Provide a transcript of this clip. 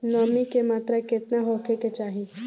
नमी के मात्रा केतना होखे के चाही?